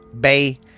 Bay